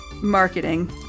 Marketing